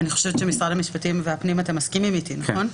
משרד המשפטים והפנים, את מסכימים איתי, נכון?